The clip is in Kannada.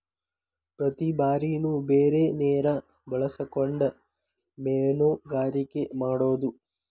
ಪ್ರತಿ ಬಾರಿನು ಬೇರೆ ನೇರ ಬಳಸಕೊಂಡ ಮೇನುಗಾರಿಕೆ ಮಾಡುದು